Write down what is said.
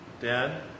Dad